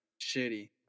shitty